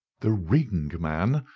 the ring, man,